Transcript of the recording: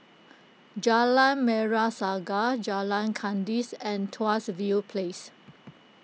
Jalan Merah Saga Jalan Kandis and Tuas View Place